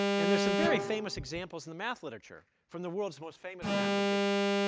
and there's some very famous examples in the math literature from the world's most famous mathematicians.